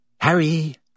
Harry